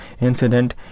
incident